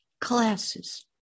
classes